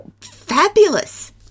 fabulous